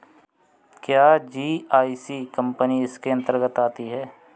क्या GIC company इसके अन्तर्गत आती है?